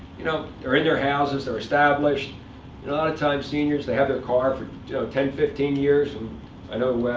you know they're in their houses. they're established. and a lot of times, seniors they have their car for ten, fifteen years. and i know,